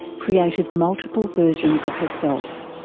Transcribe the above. created multiple versions of herself.